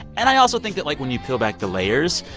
and i also think that, like, when you peel back the layers,